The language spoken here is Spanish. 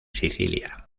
sicilia